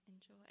enjoy